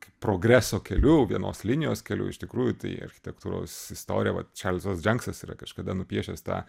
kaip progreso keliu vienos linijos keliu iš tikrųjų tai architektūros istorija va čiarlzas džianksas yra kažkada nupiešęs tą